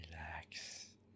Relax